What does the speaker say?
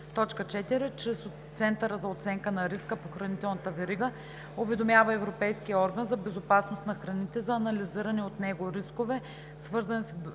4. чрез Центъра за оценка на риска по хранителната верига уведомява Европейския орган за безопасност на храните за анализирани от него рискове, свързани с